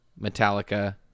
Metallica